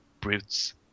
brutes